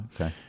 Okay